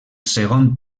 segon